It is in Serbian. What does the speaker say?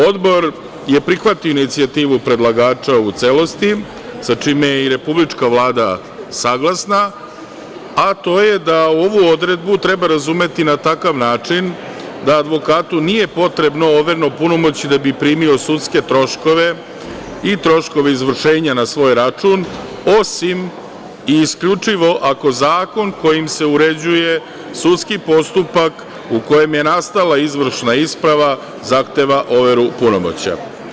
Odbor je prihvatio inicijativu predlagača u celosti sa čime je i Republička vlada saglasna, a to je da ovu odredbu treba razumeti na takav način da advokatu nije potrebno overeno punomoćje da bi primio sudske troškove i troškove izvršenja na svoj račun, osim i isključivo ako zakon kojim se uređuje sudski postupak u kojem je nastala izvršna isprava zahteva overu punomoćja.